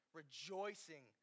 rejoicing